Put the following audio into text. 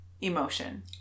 emotion